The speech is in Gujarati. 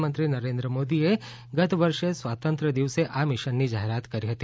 પ્રધાનમંત્રી નરેન્દ્ર મોદીએ ગત વર્ષે સ્વાતંત્ર દિવસે આ મિશનની જાહેરાત કરી હતી